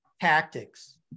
tactics